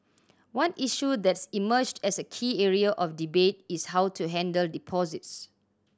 one issue that's emerged as a key area of debate is how to handle deposits